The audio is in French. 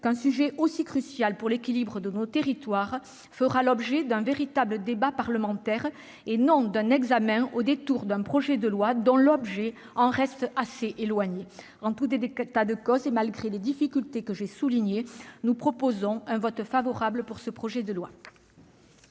qu'un sujet aussi crucial pour l'équilibre de nos territoires fera l'objet d'un véritable débat parlementaire, et non d'un examen au détour d'un projet de loi dont l'objet en reste assez éloigné. En tout état de cause et malgré les difficultés que j'ai soulignées, nous voterons ce projet de loi.